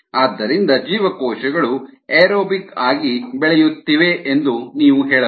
ಆದ್ದರಿಂದ ಜೀವಕೋಶಗಳು ಏರೋಬಿಕ್ ಆಗಿ ಬೆಳೆಯುತ್ತಿವೆ ಎಂದು ನೀವು ಹೇಳಬಹುದು